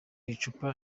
icupa